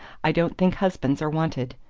i don't think husbands are wanted!